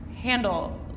handle